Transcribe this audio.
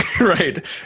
right